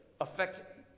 affect